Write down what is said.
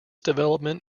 development